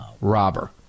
robber